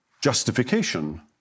justification